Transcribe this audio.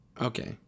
Okay